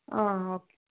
okay